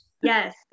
Yes